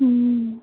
হুম